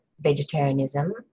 vegetarianism